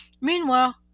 Meanwhile